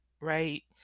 Right